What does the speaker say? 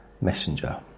Messenger